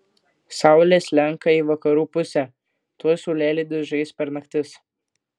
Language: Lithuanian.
saulė slenka į vakarų pusę tuoj saulėlydis žais per naktis